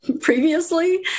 Previously